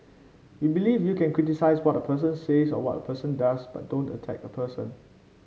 we believe you can criticise what a person says or what a person does but don't attack a person